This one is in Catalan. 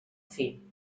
fill